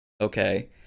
okay